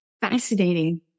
Fascinating